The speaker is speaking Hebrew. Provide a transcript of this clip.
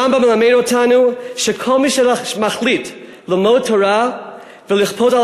הרמב"ם מלמד אותנו שכל מי שמחליט ללמוד תורה ולכפות על